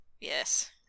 Yes